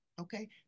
okay